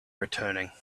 returning